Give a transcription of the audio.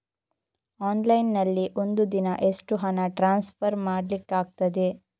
Online ನಲ್ಲಿ ಒಂದು ದಿನ ಎಷ್ಟು ಹಣ ಟ್ರಾನ್ಸ್ಫರ್ ಮಾಡ್ಲಿಕ್ಕಾಗ್ತದೆ?